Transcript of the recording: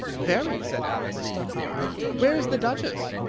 very, said alice where's the duchess?